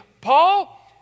Paul